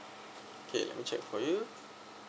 K let me check for you